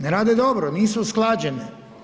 Ne rade dobro, nisu usklađene.